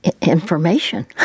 information